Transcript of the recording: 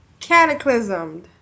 cataclysmed